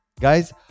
guys